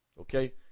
Okay